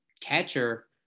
catcher